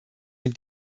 dem